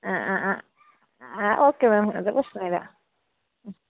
ആ ആ ആ ഓക്കേ മാം അത് പ്രശ്നമില്ല